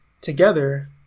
together